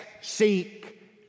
seek